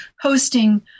hosting